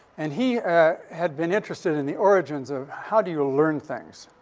and he had been interested in the origins of how do you learn things?